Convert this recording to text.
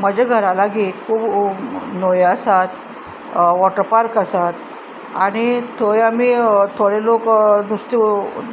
म्हज्या घरा लागीं खूब न्हंयो आसात वॉटर पार्क आसात आनी थंय आमी थोडे लोक नुस्तें